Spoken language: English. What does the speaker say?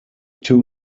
two